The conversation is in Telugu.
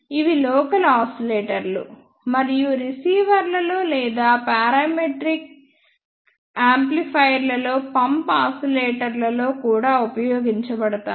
ఇవి లోకల్ ఆసిలేటర్లు మరియు రిసీవర్లలో లేదా పారామెట్రిక్ యాంప్లిఫైయర్లలో పంప్ ఆసిలేటర్లలో కూడా ఉపయోగించబడతాయి